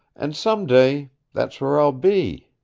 and some day that's where i'll be.